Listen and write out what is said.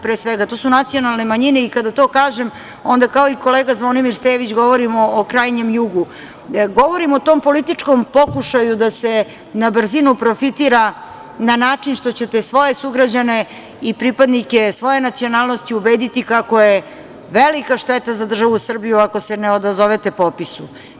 Pre svega, to su nacionalne manjine i kada to kažem, onda kao i kolega Zvonimir Stević, govorimo o krajnjem Jugu, govorim o tom političkom pokušaju da se na brzinu profitira na način što ćete svoje sugrađane i pripadnike svoje nacionalnosti ubediti kako je velika šteta za državu Srbiju ako se ne odazovete popisu.